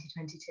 2022